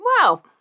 Wow